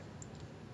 orh